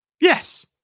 Yes